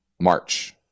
March